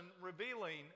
revealing